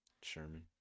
Sherman